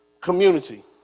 community